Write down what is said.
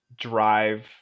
drive